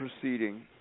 proceeding